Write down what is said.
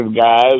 guys